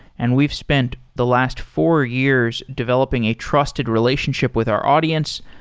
and we've spent the last four years developing a trusted relationship with our audience.